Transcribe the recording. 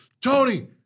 Tony